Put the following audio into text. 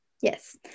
Yes